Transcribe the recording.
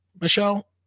Michelle